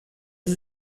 sie